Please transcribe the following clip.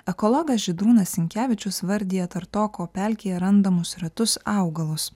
ekologas žydrūnas sinkevičius vardija tartoko pelkėje randamus retus augalus